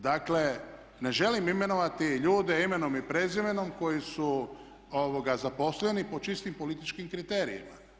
Dakle, ne želim imenovati ljude imenom i prezimenom koji su zaposleni po čistim političkim kriterijima.